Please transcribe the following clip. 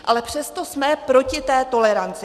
Ale přesto jsme proti té toleranci.